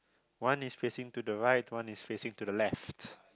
one is facing to the right one is facing to the left